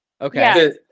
Okay